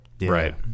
Right